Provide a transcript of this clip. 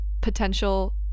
potential